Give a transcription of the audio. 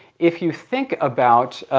if you think about,